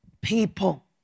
people